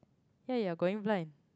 hey you are going blind